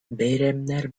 бәйрәмнәр